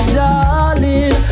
darling